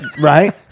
right